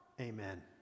Amen